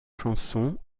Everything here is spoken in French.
chansons